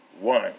one